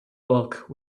bulk